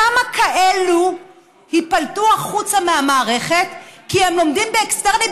כמה כאלה ייפלטו החוצה מהמערכת כי הם לומדים באקסטרני,